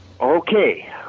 Okay